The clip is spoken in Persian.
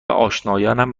آشنایانم